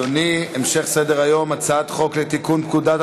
המשך סדר-היום: הצעת חוק לתיקון פקודת